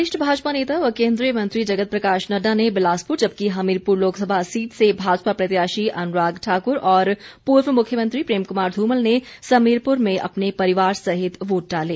वरिष्ठ भाजपा नेता व केन्द्रीय मंत्री जगत प्रकाश नड्डा ने बिलासपुर जबकि हमीरपुर लोकसभा सीट से भाजपा प्रत्याशी अनुराग ठाकुर और पूर्व मुख्यमंत्री प्रेम कुमार धूमल ने समीरपुर में अपने परिवार सहित वोट डाले